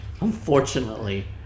Unfortunately